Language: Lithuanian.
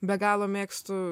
be galo mėgstu